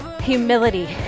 Humility